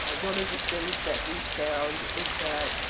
ah one of the things that we found is that